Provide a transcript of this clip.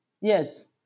yes